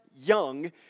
young